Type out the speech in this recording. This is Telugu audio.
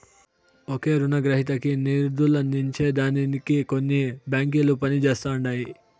ఒకే రునగ్రహీతకి నిదులందించే దానికి కొన్ని బాంకిలు పనిజేస్తండాయి